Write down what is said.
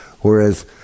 Whereas